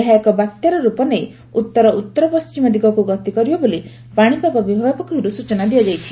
ଏହା ଏକ ବାତ୍ୟାର ରୂପ ନେଇ ଉତ୍ତର ଉତ୍ତର ପଣ୍ଢିମ ଦିଗକୁ ଗତି କରିବ ବୋଲି ପାଣିପାଗ ବିଭାଗ ପକ୍ଷର୍ତ୍ତ ସ୍ୱଚନା ଦିଆଯାଇଛି